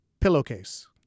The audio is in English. Pillowcase